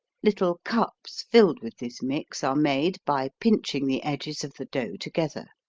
little cups filled with this mix are made by pinching the edges of the dough together.